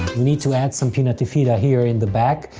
need to add some pinnatifida here in the back,